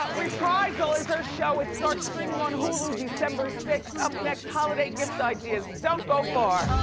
but reprisal is her show, it starts streaming on hulu december sixth. up next, holiday gift ideas, don't go far.